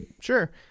sure